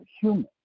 human